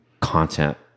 content